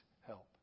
help